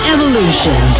Evolution